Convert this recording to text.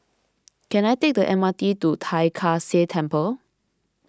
can I take the M R T to Tai Kak Seah Temple